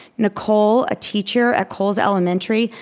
nicole, a teacher at coles elementary,